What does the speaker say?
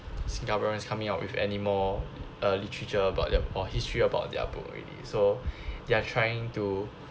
singaporeans coming out with anymore uh literature about their or history about their poetry so they are trying to